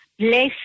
less